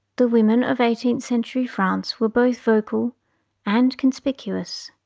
the women of eighteenth century france were both vocal and conspicuous.